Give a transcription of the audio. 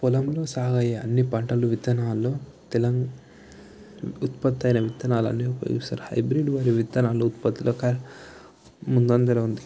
పొలంలో సాగయ్యే అన్ని పంటలు విత్తనాల్లో తెలం ఉ ఉత్పత్తి అయిన విత్తనాలను ఉపయోగిస్తారు హైబ్రిడ్ మరియు విత్తనాలు ఉత్పత్తిలో క ముందంజలో ఉంది